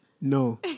No